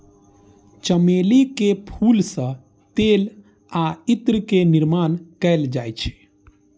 चमेली के फूल सं तेल आ इत्र के निर्माण कैल जाइ छै